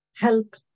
Help